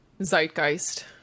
zeitgeist